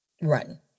run